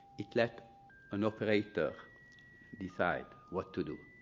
it let an operator decide what to do.